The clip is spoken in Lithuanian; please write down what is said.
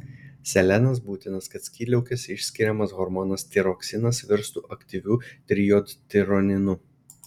selenas būtinas kad skydliaukės išskiriamas hormonas tiroksinas virstų aktyviu trijodtironinu